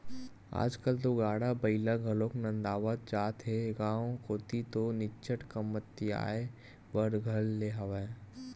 आजकल तो गाड़ा बइला घलोक नंदावत जात हे गांव कोती तो निच्चट कमतियाये बर धर ले हवय